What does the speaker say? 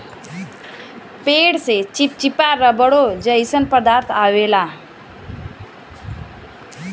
पेड़ से चिप्चिपा रबड़ो जइसा पदार्थ अवेला